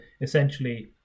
essentially